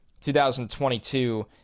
2022